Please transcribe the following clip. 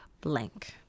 blank